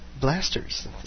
Blasters